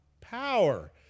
power